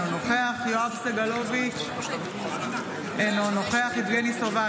אינו נוכח יואב סגלוביץ' אינו נוכח יבגני סובה,